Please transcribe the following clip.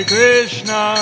Krishna